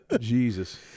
Jesus